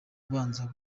ubanza